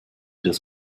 das